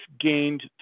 gained